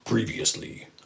Previously